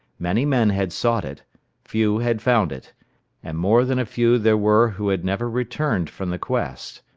many men had sought it few had found it and more than a few there were who had never returned from the quest.